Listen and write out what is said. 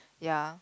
ya